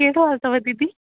कहिड़ो हाल अथव दीदी